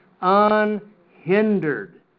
unhindered